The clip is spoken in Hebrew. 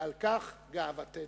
ועל כך גאוותנו.